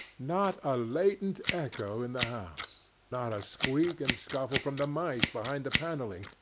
not a latent echo in the house, not a squeak and scuffle from the mice behind the panelling,